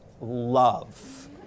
love